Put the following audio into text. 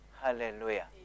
Hallelujah